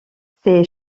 ces